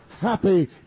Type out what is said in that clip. happy